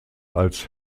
als